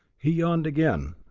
he yawned again,